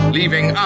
leaving